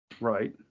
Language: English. Right